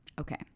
Okay